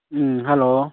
ꯎꯝ hello